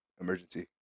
emergency